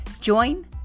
Join